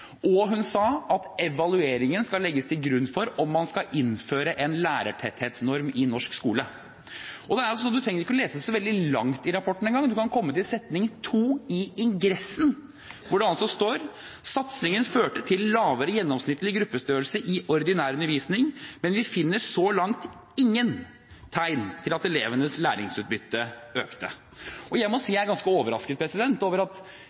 og hun sa at evalueringen skal legges til grunn for om man skal innføre en lærertetthetsnorm i norsk skole. Man trenger ikke engang lese så veldig langt i rapporten, man kan lese andre setning i ingressen, hvor det altså står: «Satsingen førte til lavere gjennomsnittlig gruppestørrelse i ordinær undervisning, men vi finner så langt ingen tegn til at elevenes læringsutbytte økte.» Jeg må si jeg er ganske overrasket over at